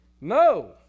No